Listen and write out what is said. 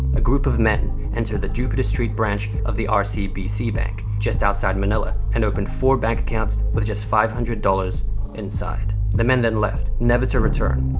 a group of men enter the jupiter street branch of the um rcbc bank, just outside manila, and opened four bank accounts with just five hundred dollars inside. the men then left, never to return.